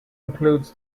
includes